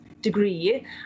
degree